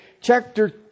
Chapter